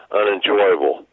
unenjoyable